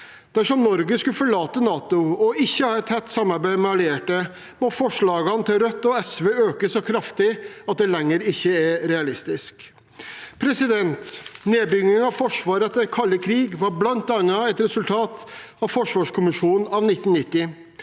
Dersom Norge skulle forlate NATO og ikke ha et tett samarbeid med allierte, må forslagene til Rødt og SV øke så kraftig at det ikke lenger er realistisk. Nedbyggingen av Forsvaret etter den kalde krigen var bl.a. et resultat av forsvarskommisjonen av 1990.